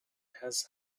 has